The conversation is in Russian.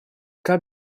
как